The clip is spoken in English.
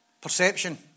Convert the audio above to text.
perception